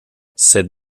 cette